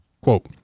quote